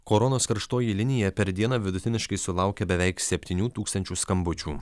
koronos karštoji linija per dieną vidutiniškai sulaukia beveik septynių tūkstančių skambučių